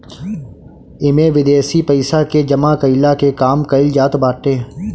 इमे विदेशी पइसा के जमा कईला के काम कईल जात बाटे